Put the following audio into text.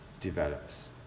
develops